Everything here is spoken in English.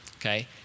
okay